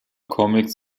comics